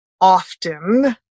often